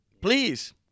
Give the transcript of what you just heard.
Please